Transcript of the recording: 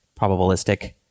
probabilistic